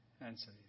Answer